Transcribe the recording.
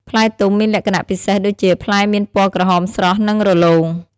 ផ្លែទុំមានលក្ខណៈពិសេសដូចជា ផ្លែមានពណ៌ក្រហមស្រស់ និងរលោង។